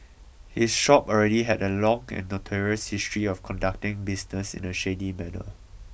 his shop already had a long and notorious history of conducting business in a shady manner